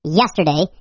yesterday